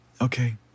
Okay